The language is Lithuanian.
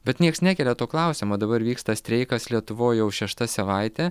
bet nieks nekelia to klausimo dabar vyksta streikas lietuvoj jau šešta sevaitė